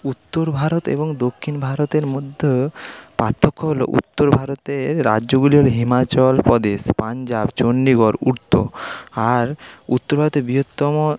উত্তর ভারত এবং দক্ষিণ ভারতের মধ্যে পার্থক্য হল উত্তর ভারতে রাজ্যগুলি হল হিমাচল প্রদেশ পাঞ্জাব চণ্ডীগড় আর উত্তর ভারতের বৃহত্তম